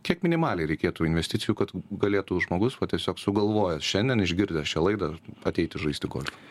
kiek minimaliai reikėtų investicijų kad galėtų žmogus vat tiesiog sugalvojo šiandien išgirdęs šią laidą ateiti žaisti golfą